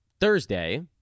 Thursday